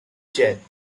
jet